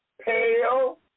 pale